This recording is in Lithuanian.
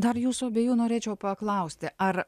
dar jūsų abiejų norėčiau paklausti ar